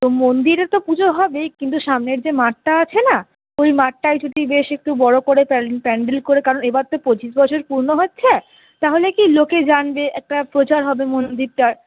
ও মন্দিরে তো পুজো হবেই কিন্তু সামনের যে মাঠটা আছে না ওই মাঠটায় যদি বেশ একটু বড় করে প্যান্ডেল করে কারণ এবার তো পঁচিশ বছর পূর্ণ হচ্ছে তাহলে কী লোকে জানবে একটা প্রচার হবে মন্দিরটার